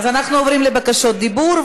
אז אנחנו עוברים לבקשות דיבור,